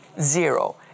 zero